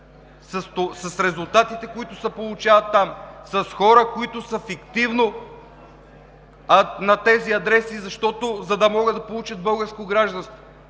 с резултатите, които се получават там, с хора, които са фиктивно на тези адреси, за да могат да получат българско гражданство.